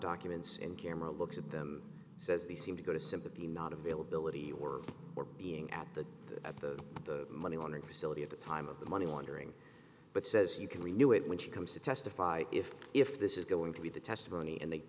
documents in camera looks at them says they seem to go to sympathy not availability or we're being at the at the money wanted to sell it at the time of the money laundering but says you can renew it when she comes to testify if if this is going to be the testimony and they